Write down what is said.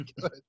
good